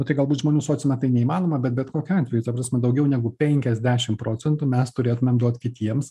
nu tai galbūt žmonių sociume tai neįmanoma bet bet kokiu atveju ta prasme daugiau negu penkiasdešim procentų mes turėtumėm duot kitiems